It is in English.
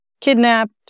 kidnapped